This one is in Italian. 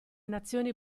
nazioni